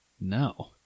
No